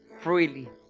freely